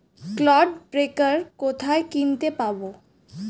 Clod breaker কোথায় কিনতে পাব?